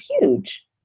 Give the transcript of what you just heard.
huge